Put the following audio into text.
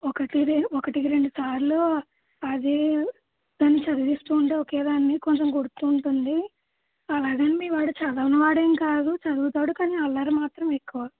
ఒకటికి రెండ్ ఒకటికి రెండు సార్లు అదీ తనని చదివిస్తూ ఉంటే ఒకేదాన్ని కొంచెం గుర్తుంటుంది అలాగని మీవాడు చదవని వాడేం కాదు చదువుతాడు కాని అల్లరి మాత్రం ఎక్కువ